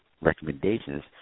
recommendations